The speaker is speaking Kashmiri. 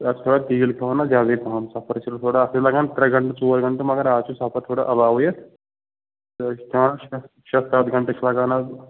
اَتھ چھُ پٮ۪وان تیٖل کھٮ۪وان زیادَے پہم سفرس چھِ تھوڑا اَتھ حظ لگان ترٛےٚ گَنٹہٕ ژور گَنٹہٕ مگر اَز چھُ سَفر تھوڑا علاوٕے اَتھ تہٕ أسۍ چھِ تھاوان شےٚ شےٚ سَتھ گَنٹہٕ چھِ لگان حظ